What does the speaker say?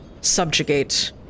subjugate